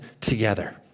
together